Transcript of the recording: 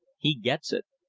he gets it.